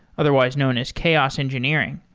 otherwise known as chaos engineering.